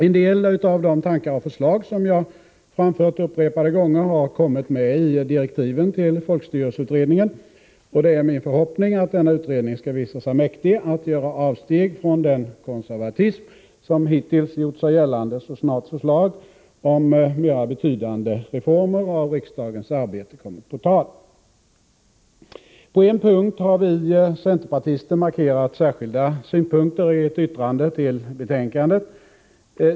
En del av de tankar och förslag som jag framfört upprepade gånger har kommit med i direktiven till folkstyrelseutredningen, och det är min förhoppning att denna utredning skall visa sig mäktig att göra avsteg från den konservatism som hittills gjort sig gällande så snart förslag om mera betydande reformer av riksdagens arbete kommit på tal. På en punkt har vi centerpartister markerat särskilda synpunkter i ett yttrande till betänkandet.